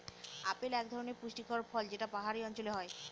apple এক ধরনের পুষ্টিকর ফল যেটা পাহাড়ি অঞ্চলে হয়